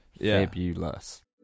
Fabulous